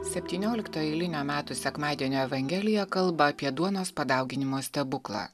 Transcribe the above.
septyniolikto eilinio metų sekmadienio evangelija kalba apie duonos padauginimo stebuklą